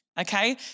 okay